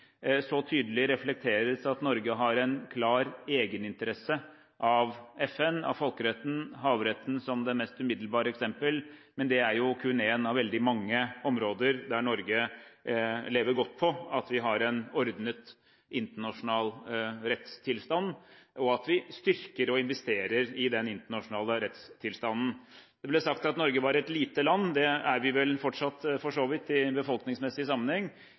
så tydelig reflekteres at Norge har en klar egeninteresse av FN, av folkeretten, av havretten, som det mest umiddelbare eksempel. Men det er jo kun ett av veldig mange områder der Norge lever godt på at vi har en ordnet internasjonal rettstilstand, og at vi styrker og investerer i den internasjonale rettstilstanden. Det ble sagt at Norge var et lite land. Det er vi vel for så vidt fortsatt i befolkningsmessig sammenheng.